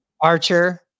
Archer